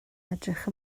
edrych